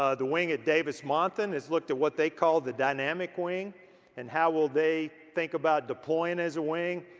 ah the wing at davis-monthan has looked at what they call the dynamic wing and how will they think about deploying as a wing.